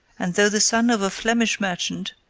and though the son of a flemish merchant,